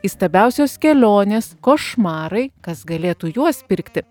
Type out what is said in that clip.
įstabiausios kelionės košmarai kas galėtų juos pirkti